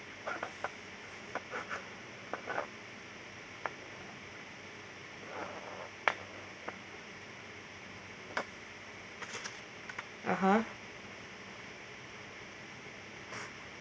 (uh huh)